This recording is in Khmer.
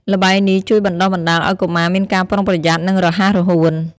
ល្បែងនេះជួយបណ្ដុះបណ្ដាលឲ្យកុមារមានការប្រុងប្រយ័ត្ន និងរហ័សរហួន។